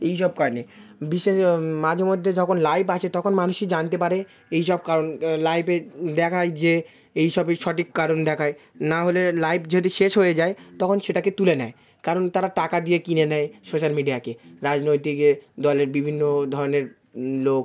এইসব কারণে বিশেষ মাঝে মধ্যে ঝখন লাইভ আসে তখন মানুষে জানতে পারে এইসব কারণ লাইভে দেখায় যে এইসবই সঠিক কারণ দেখায় নাহলে লাইভ যদি শেষ হয়ে যায় তখন সেটাকে তুলে নেয় কারণ তারা টাকা দিয়ে কিনে নেয় সোশ্যাল মিডিয়াকে রাজনৈতিক এ দলের বিভিন্ন ধরনের লোক